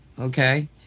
okay